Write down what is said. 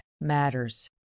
matters